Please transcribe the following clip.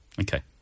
Okay